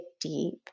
deep